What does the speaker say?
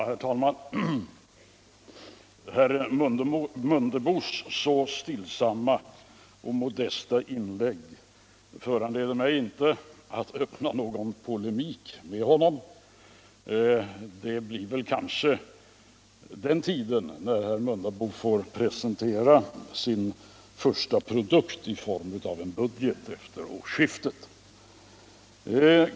Herr talman! Herr Mundebos så stillsamma och modesta inlägg föranleder mig inte att öppna någon polemik med honom. Det blir väl kanske den tiden när herr Mundebo får presentera sin första produkt i form av en budget efter årsskiftet.